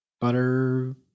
butter